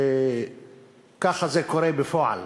ככה זה קורה בפועל,